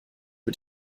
mit